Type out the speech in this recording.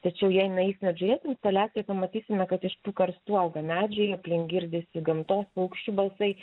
tačiau jei nueisim apžiūrėsim instaliaciją pamatysime kad iš tų karstų auga medžiai aplink girdisi gamtos paukščių balsai